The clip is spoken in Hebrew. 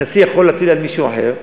הנשיא יכול להטיל על מישהו אחר,